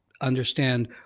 understand